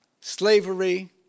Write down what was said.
slavery